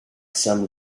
some